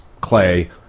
clay